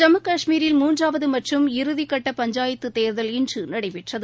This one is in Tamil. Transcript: ஜம்மு கஷ்மீரில் மூன்றாவது மற்றும் இறுதிக்கட்ட பஞ்சாயத்துதேர்தல் இன்று நடைபெற்றது